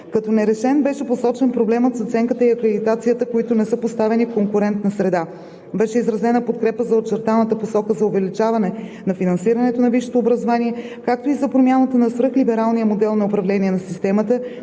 Като нерешен беше посочен проблемът с оценката и акредитацията, които не са поставени в конкурентна среда. Беше изразена подкрепа за очертаната посока за увеличаване на финансирането на висшето образование, както и за промяната на свръхлибералния модел на управление на системата